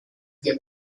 the